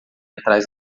atrás